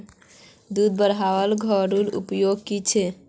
दूध बढ़वार घरेलू उपाय की छे?